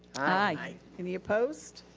aye. any opposed?